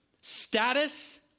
status